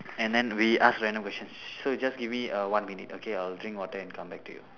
and then we ask random questions so you just give me err one minute okay I'll just drink water and come back to you